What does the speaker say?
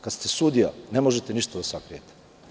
Kada ste sudija ne možete ništa da sakrijete.